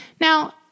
Now